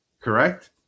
Correct